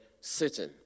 sitting